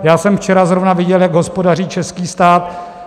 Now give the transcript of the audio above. Já jsem včera zrovna viděl, jak hospodaří český stát.